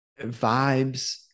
vibes